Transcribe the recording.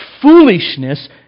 foolishness